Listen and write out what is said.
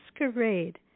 masquerade